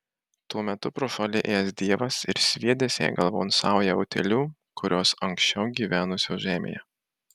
tuo metu pro šalį ėjęs dievas ir sviedęs jai galvon saują utėlių kurios anksčiau gyvenusios žemėje